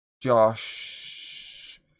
Josh